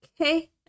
okay